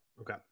Okay